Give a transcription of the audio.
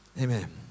Amen